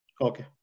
Okay